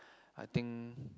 I think